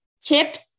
tips